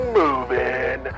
moving